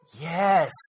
Yes